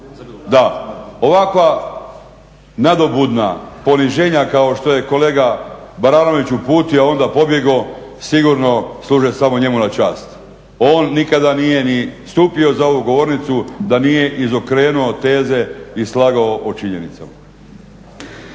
Da, ovakva nadobudna poniženja kao što je kolega Baranović uputio a onda pobjegao sigurno služe samo njemu na čast. On nikada nije ni stupio za ovu govornicu da nije izokrenuo teze i slagao o činjenicama.